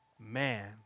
man